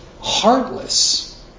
heartless